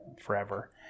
forever